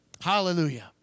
Hallelujah